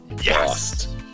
Yes